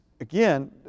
again